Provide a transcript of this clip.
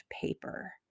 paper